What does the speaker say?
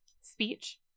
speech